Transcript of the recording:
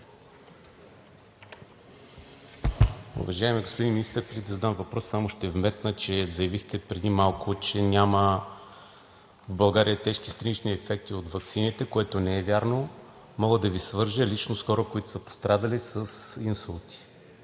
Уважаеми господин Министър, преди да задам въпроса, само ще вметна, че заявихте преди малко, че няма в България тежки странични ефекти от ваксините, което не е вярно. Мога да Ви свържа лично с хора, които са пострадали с инсулти.